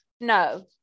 no